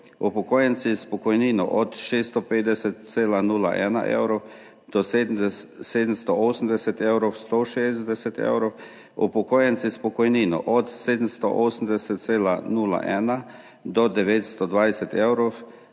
upokojenci s pokojnino od 650,01 evra do 780 evrov 160 evrov, upokojenci s pokojnino od 780,01 do 920 evrov